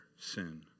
sin